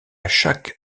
chaque